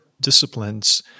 disciplines